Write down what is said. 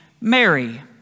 Mary